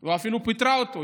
או אפילו היא פיטרה אותו,